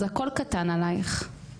אז הכול קטן עלייך,